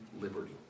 liberty